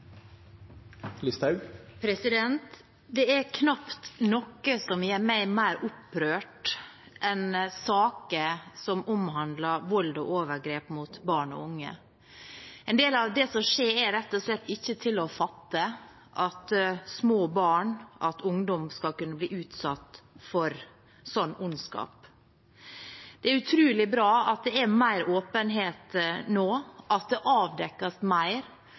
knapt noe som gjør meg mer opprørt enn saker som omhandler vold og overgrep mot barn og unge. En del av det som skjer, er rett og slett ikke til å fatte – at små barn og ungdom skal kunne bli utsatt for sånn ondskap. Det er utrolig bra at det er mer åpenhet nå, at det avdekkes mer,